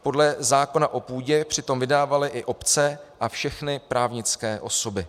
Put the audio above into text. Podle zákona o půdě přitom vydávaly i obce a všechny právnické osoby.